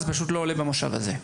זה פשוט לא עולה במושב הזה.